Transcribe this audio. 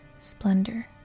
splendor